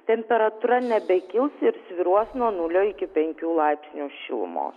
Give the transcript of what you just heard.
temperatūra nebekils ir svyruos nuo nulio iki penkių laipsnių šilumos